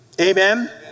Amen